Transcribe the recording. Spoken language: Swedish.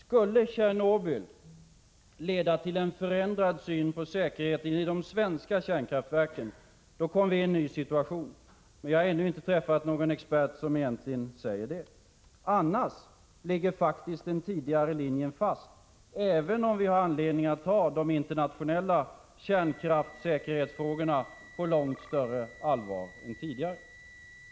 Skulle Tjernobylolyckan leda till en förändrad syn på säkerheten i de svenska kärnkraftverken, hamnar vi i en ny situation. Men jag har ännu inte träffat någon expert som säger detta. Annars ligger faktiskt den tidigare linjen fast, även om vi har anledning att ta de internationella kärnkraftssäkerhetsfrågorna på långt större allvar än tidigare.